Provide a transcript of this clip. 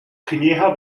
kniha